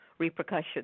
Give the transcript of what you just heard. repercussions